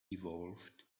evolved